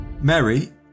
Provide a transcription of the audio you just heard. Mary